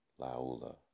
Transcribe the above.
Laula